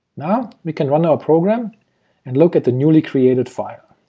now. we can run our program and look at the newly created file.